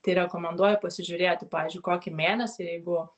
tai rekomenduoju pasižiūrėti pavyzdžiui kokį mėnesį jeigu